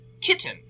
kitten